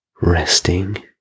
resting